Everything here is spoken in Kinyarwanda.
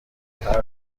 hafi